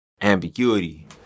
ambiguity